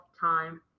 time